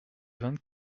vingt